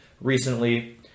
recently